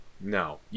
No